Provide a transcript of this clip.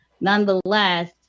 nonetheless